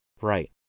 Right